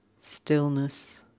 Stillness